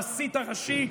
המסית הראשי,